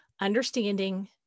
understanding